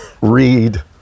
read